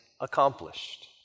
accomplished